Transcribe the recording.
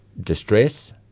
distress